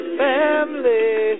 family